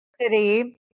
City